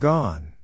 Gone